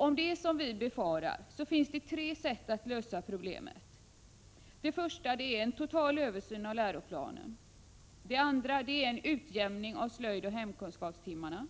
Om det är så som vi befarar finns det tre sätt att lösa problemet: det första är en total översyn av läroplanen, det andra är en utjämning mellan slöjdoch hemkunskapstimmarna,